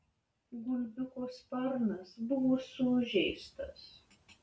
gulbiuko sparnas buvo sužeistas